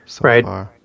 Right